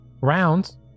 rounds